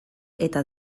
eta